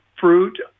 fruit